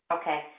okay